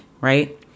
right